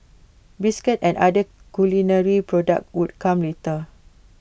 biscuits and other culinary products would come later